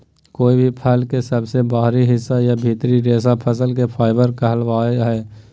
कोय भी फल के सबसे बाहरी हिस्सा या भीतरी रेशा फसल के फाइबर कहलावय हय